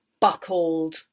buckled